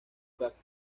casa